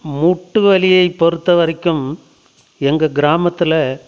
மூட்டு வலியை பொறுத்த வரைக்கும் எங்கள் கிராமத்தில்